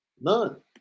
None